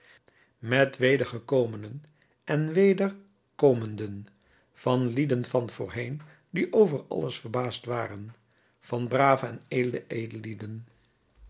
met wedergekomenen en wederkomenden van lieden van voorheên die over alles verbaasd waren van brave en